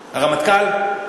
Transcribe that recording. הרמטכ"ל?